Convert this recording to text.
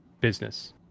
business